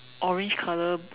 orange color